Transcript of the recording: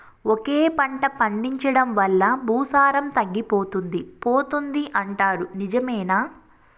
ఒకే పంట పండించడం వల్ల భూసారం తగ్గిపోతుంది పోతుంది అంటారు నిజమేనా